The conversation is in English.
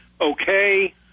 okay